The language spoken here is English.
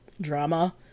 drama